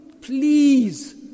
Please